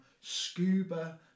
scuba